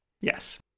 Yes